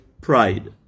Pride